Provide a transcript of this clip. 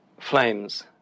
flames